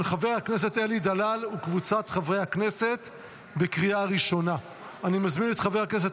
אושרה בקריאה הראשונה ותעבור לוועדת הכנסת